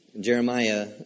Jeremiah